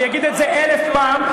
אני אגיד את זה אלף פעם.